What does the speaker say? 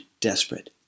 desperate